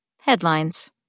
Headlines